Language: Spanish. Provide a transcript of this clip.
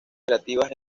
creativas